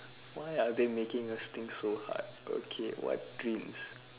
why are they making us think so hard okay what dreams